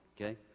okay